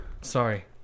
Sorry